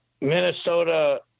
Minnesota